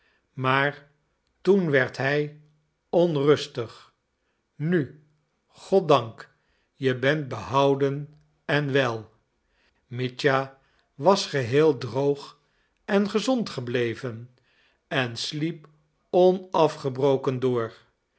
maar toen werd hij onrustig nu goddank je bent behouden en wel mitja was geheel droog en gezond gebleven en sliep onafgebroken door